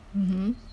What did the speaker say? mmhmm